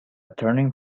turning